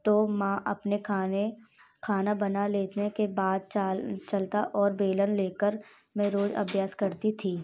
तो माँ अपने खाने खाना बना लेने के बाद चाल चकला और बेलन ले कर मैं रोज़ अभ्यास करती थी